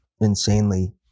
insanely